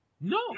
No